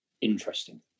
interesting